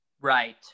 right